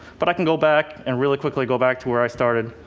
but i can go back and really quickly go back to where i started,